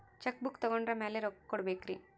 Check book ತೊಗೊಂಡ್ರ ಮ್ಯಾಲೆ ರೊಕ್ಕ ಕೊಡಬೇಕರಿ?